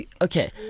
okay